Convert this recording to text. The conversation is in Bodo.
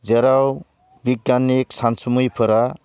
जेराव बिग्यानिक सानसुमैफोरा